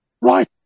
right